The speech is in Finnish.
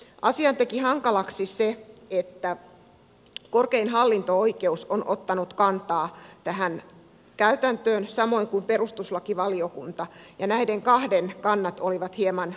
asian teki hankalaksi se että korkein hallinto oikeus on ottanut kantaa tähän käytäntöön samoin kuin perustuslakivaliokunta ja näiden kahden kannat olivat hieman ristiriidassa